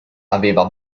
aveva